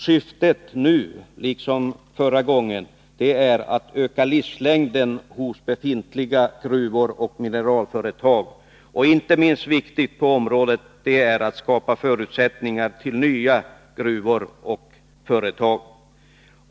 Syftet nu liksom förra gången är att öka livslängden hos befintliga gruvor och mineralföretag. Inte minst viktigt på området är att skapa förutsättningar för nya gruvor och företag.